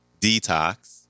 Detox